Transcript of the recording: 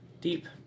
Deep